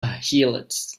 heelot